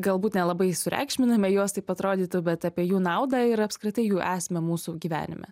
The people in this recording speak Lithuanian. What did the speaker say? galbūt nelabai sureikšminame juos taip atrodytų bet apie jų naudą ir apskritai jų esmę mūsų gyvenime